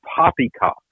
poppycock